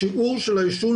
שיעור העישון